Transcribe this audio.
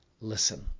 listen